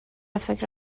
فکر